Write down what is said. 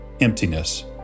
emptiness